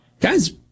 Guys